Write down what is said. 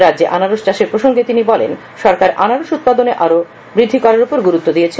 রাজ্যে আনারস চাষের প্রসঙ্গে বলেন সরকার আনারস উৎপাদন আরও বৃদ্ধির উপর গুরুত্ব দিয়েছে